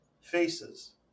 faces